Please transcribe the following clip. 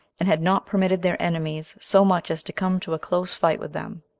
and had not permitted their enemies so much as to come to a close fight with them.